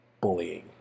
bullying